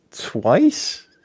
twice